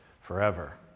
forever